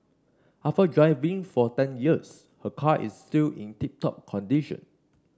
after driving for ten years her car is still in tip top condition